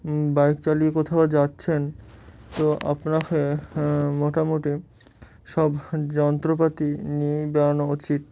bike চালিয়ে কোথাও যাচ্ছেন তো আপনাকে মোটামুটি সব যন্ত্রপাতি নিয়েই বেড়ানো উচিত